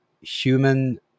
human